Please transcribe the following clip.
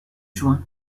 juin